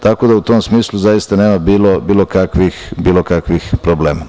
Tako da, u tom smislu zaista nema bilo kakvih problema.